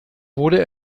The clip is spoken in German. wurde